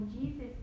Jesus